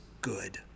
good